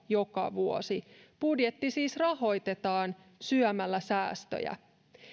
joka vuosi budjetti siis rahoitetaan syömällä säästöjä